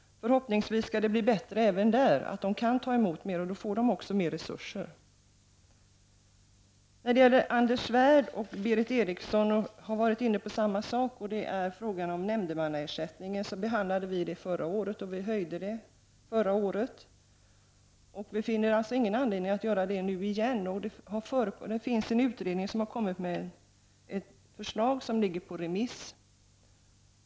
Förhoppningsvis skall det bli bättre så att de kan göra mer, och då får domstolarna också mer resurser. Anders Svärd och Berith Eriksson har varit inne på frågan om nämndemannaersättningen. Den behandlades förra året då den höjdes. Vi finner ingen anledning att göra det nu igen. En utredning har kommit med förslag som är på remiss.